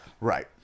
Right